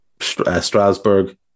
Strasbourg